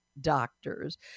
doctors